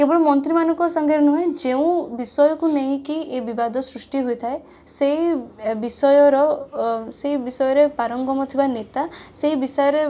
କେବଳ ମନ୍ତ୍ରୀମାନଙ୍କ ସାଙ୍ଗରେ ନୁହଁ ଯେଉଁ ବିଷୟକୁ ନେଇକି ଏ ବିବାଦ ସୃଷ୍ଟି ହୋଇଥାଏ ସେଇ ବିଷୟର ଅ ସେଇ ବିଷୟରେ ପାରଙ୍ଗମ ଥିବା ନେତା ସେଇ ବିଷୟରେ